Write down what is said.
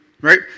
Right